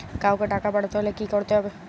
কাওকে টাকা পাঠাতে হলে কি করতে হবে?